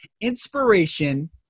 inspiration